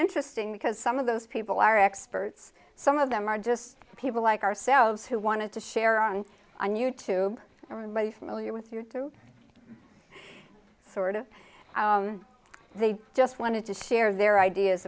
interesting because some of those people are experts some of them are just people like ourselves who wanted to share on on you tube already familiar with your true sort of they just wanted to share their ideas